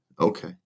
Okay